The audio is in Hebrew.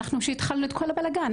אנחנו שהתחלנו את כל הבלגן,